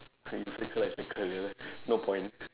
you circle I circle ya no point